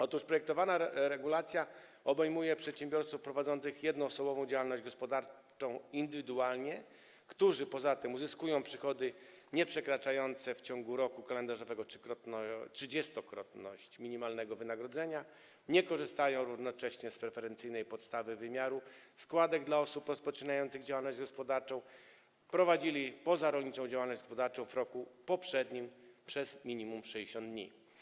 Otóż projektowana regulacja obejmuje przedsiębiorców prowadzących jednoosobową działalność gospodarczą, indywidualnie, którzy poza tym uzyskują przychody nieprzekraczające w ciągu roku kalendarzowego 30-krotności minimalnego wynagrodzenia, nie korzystają równocześnie z preferencyjnej podstawy wymiaru składek dla osób rozpoczynających działalność gospodarczą, prowadzili pozarolniczą działalność gospodarczą w roku poprzednim przez minimum 60 dni.